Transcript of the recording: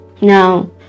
Now